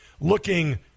looking